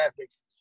graphics